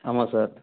ஆமாம் சார்